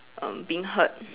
um being hurt